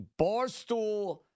Barstool